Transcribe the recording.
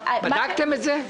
בדקתם את זה?